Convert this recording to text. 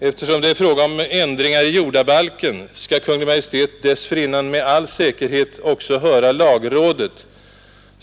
Eftersom det är fråga om ändringar i jordabalken, skall Kungl. Maj:t dessförinnan med all säkerhet också höra lagrådet.